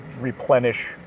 replenish